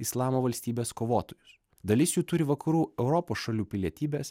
islamo valstybės kovotojus dalis jų turi vakarų europos šalių pilietybes